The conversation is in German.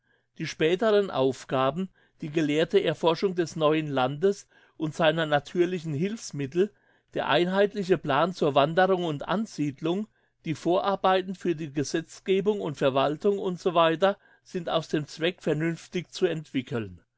die späteren aufgaben die gelehrte erforschung des neuen landes und seiner natürlichen hilfsmittel der einheitliche plan zur wanderung und ansiedelung die vorarbeiten für die gesetzgebung und verwaltung etc sind aus dem zweck vernünftig zu entwickeln